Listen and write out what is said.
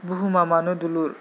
बुहुमा मानो दुलुर